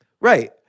Right